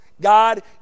God